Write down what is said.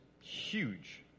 huge